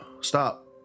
stop